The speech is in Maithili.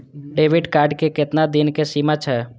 डेबिट कार्ड के केतना दिन के सीमा छै?